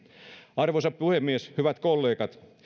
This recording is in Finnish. arvoisa puhemies hyvät kollegat